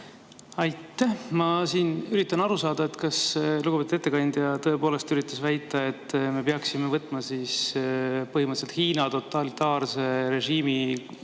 Aitäh! Ma üritan aru saada, kas lugupeetud ettekandja tõepoolest üritas väita, et me peaksime võtma põhimõtteliselt Hiina totalitaarse režiimi